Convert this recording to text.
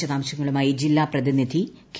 വിശദാംശങ്ങളുമായി ജില്ലാ പ്രതിനിധി കെ